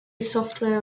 software